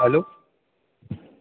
hello